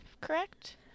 correct